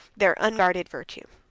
their unguarded virtue.